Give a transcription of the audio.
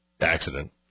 accident